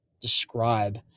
describe